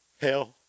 hell